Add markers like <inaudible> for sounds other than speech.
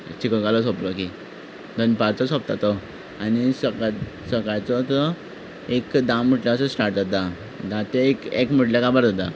चिखल कालो सोंपलो की दनपारचो सोंपता तो आनी <unintelligible> सकाळचो तो एक धा म्हणटा तो स्टार्ट जाता धा ते एक एक म्हणल्यार काबार जाता